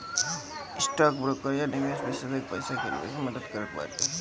stock broker या निवेश विषेशज्ञ पईसा के निवेश मे मदद करत बाटे